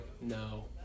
No